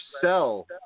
sell